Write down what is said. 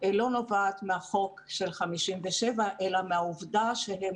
לא נובעת מהחוק של 1957 אלא מן העובדה שהם